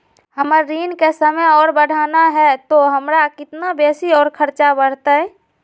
हमर ऋण के समय और बढ़ाना है तो हमरा कितना बेसी और खर्चा बड़तैय?